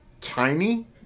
tiny